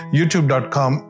YouTube.com